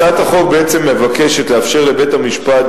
הצעת החוק מבקשת לאפשר לבית-המשפט,